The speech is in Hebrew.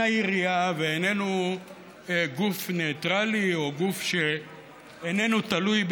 העירייה והוא איננו גוף ניטרלי או גוף שאיננו תלוי,